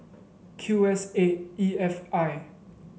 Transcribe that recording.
Q S eight E F I